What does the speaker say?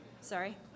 sorry